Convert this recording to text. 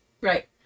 Right